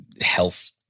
health